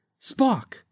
Spock